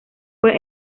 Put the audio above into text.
fue